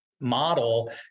model